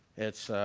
it's